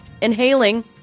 inhaling